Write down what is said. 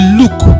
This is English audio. look